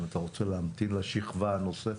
אם אתה רוצה להמתין לשכבה הנוספת.